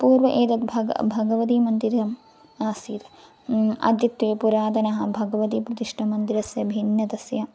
पूर्वे एतत् भगवान् भगवती मन्दिरम् आसीत् अद्यत्वे पुरातनं भगवतीप्रतिष्ठामन्दिरस्य भिन्नस्य